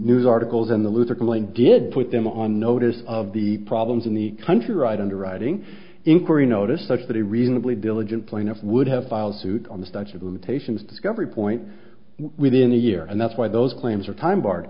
news articles in the loser complained did put them on notice of the problems in the country right underwriting inquiry notice such that a reasonably diligent plaintiff would have filed suit on the statue of limitations discovery point within the year and that's why those claims are time bar